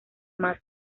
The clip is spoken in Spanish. más